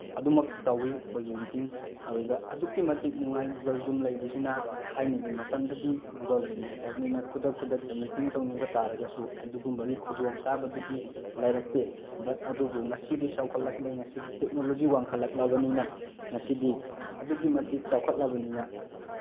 ꯑꯗꯨꯃꯛ ꯇꯧꯏ ꯑꯩꯈꯣꯏꯒꯤ ꯃꯤꯇꯤꯡ ꯑꯗꯨꯗ ꯑꯗꯨꯛꯀꯤ ꯃꯇꯤꯛ ꯅꯨꯡꯉꯥꯏ ꯒꯨꯒꯜ ꯖꯨꯝ ꯂꯩꯕꯁꯤꯅ ꯊꯥꯏꯅꯒꯤ ꯃꯇꯝꯗꯗꯤ ꯒꯨꯒꯜ ꯖꯨꯝ ꯂꯩꯇꯕꯅꯤꯅ ꯈꯨꯗꯛ ꯈꯨꯗꯛꯇ ꯃꯤꯇꯤꯡ ꯇꯧꯅꯤꯡꯕ ꯇꯥꯔꯒꯁꯨ ꯑꯗꯨꯒꯨꯝꯕꯒꯤ ꯈꯨꯗꯣꯡꯆꯥꯕꯗꯨꯗꯤ ꯂꯩꯔꯛꯇꯦ ꯕꯠ ꯑꯗꯨꯕꯨ ꯉꯁꯤꯗꯤ ꯆꯥꯎꯈꯠꯂꯛꯂꯦ ꯉꯁꯤꯗꯤ ꯇꯦꯛꯅꯣꯂꯣꯖꯤ ꯋꯥꯡꯈꯠꯂꯛꯂꯕꯅꯤꯅ ꯉꯁꯤꯗꯤ ꯑꯗꯨꯛꯀꯤ ꯃꯇꯤꯛ ꯆꯥꯎꯈꯠꯂꯕꯅꯤꯅ